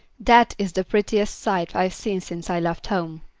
that is the prettiest sight i've seen since i left home.